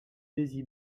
daisy